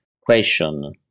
question